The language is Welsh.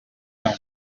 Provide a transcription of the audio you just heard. iawn